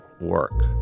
work